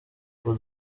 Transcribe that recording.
ngo